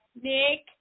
Nick